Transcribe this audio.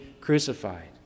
crucified